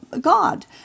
God